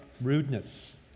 rudeness